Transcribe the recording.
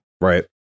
Right